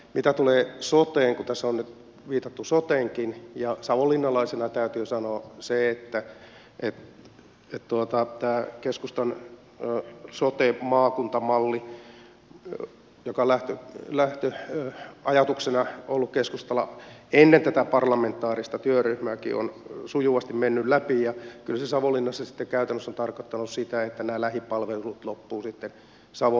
mitä tulee soteen kun tässä on nyt viitattu soteenkin savonlinnalaisena täytyy sanoa se että tämä keskustan sote maakuntamalli joka lähtöajatuksena on ollut keskustalla ja ennen tätä parlamentaarista työryhmääkin on sujuvasti mennyt läpi kyllä savonlinnassa sitten käytännössä on tarkoittanut sitä että nämä lähipalvelut loppuvat sitten savonlinnastakin